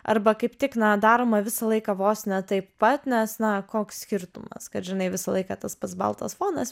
arba kaip tik na daroma visą laiką vos ne taip pat nes na koks skirtumas kad žinai visą laiką tas pats baltas fonas